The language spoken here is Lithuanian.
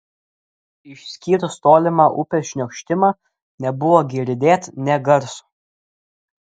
išskyrus tolimą upės šniokštimą nebuvo girdėt nė garso